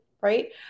right